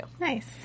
Nice